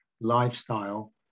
lifestyle